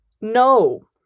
No